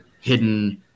hidden